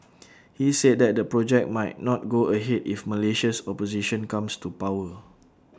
he said that the project might not go ahead if Malaysia's opposition comes to power